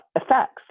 effects